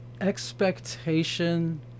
expectation